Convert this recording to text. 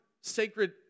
sacred